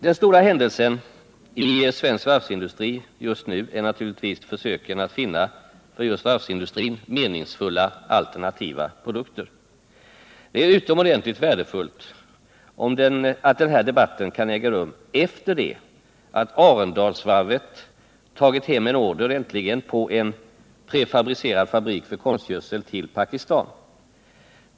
Den stora händelsen i svensk varvsindustri just nu är naturligtvis försöken att finna för just varvsindustrin meningsfulla alternativa produkter. Det är utomordentligt värdefullt att den debatten kan äga rum efter det att Arendalsvarvet tagit hem en order på en prefabricerad fabrik för konstgödsel till Pakistan.